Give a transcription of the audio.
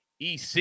EC